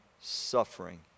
suffering